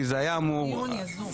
כי זה היה אמור --- דיון יזום.